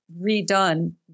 redone